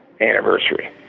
anniversary